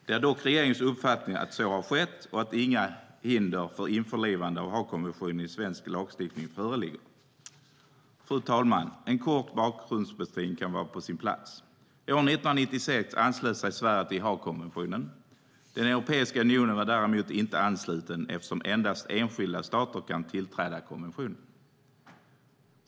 Det är dock regeringens uppfattning att så har skett och att inga hinder för införlivande av Haagkonventionen i svensk lagstiftning föreligger. Fru talman! En kort bakgrundsbeskrivning kan vara på sin plats. År 1996 anslöt sig Sverige till Haagkonventionen. Europeiska unionen var däremot inte ansluten eftersom endast enskilda stater kan tillträda konventionen.